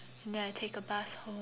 and then I take a bus home